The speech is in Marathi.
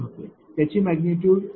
त्याची मैग्निटूड 0